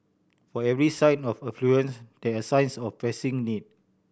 for every sign of affluence there are signs of pressing need